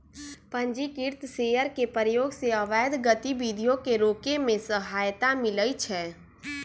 पंजीकृत शेयर के प्रयोग से अवैध गतिविधियों के रोके में सहायता मिलइ छै